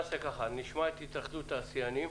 קודם נשמע את התאחדות התעשיינים